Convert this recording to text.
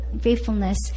faithfulness